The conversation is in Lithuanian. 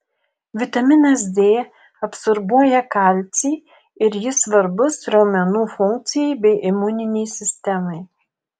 vitaminas d absorbuoja kalcį ir jis svarbus raumenų funkcijai bei imuninei sistemai